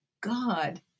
God